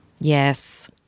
Yes